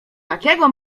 takiego